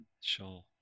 sure